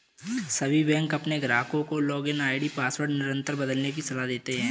सभी बैंक अपने ग्राहकों को लॉगिन आई.डी पासवर्ड निरंतर बदलने की सलाह देते हैं